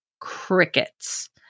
crickets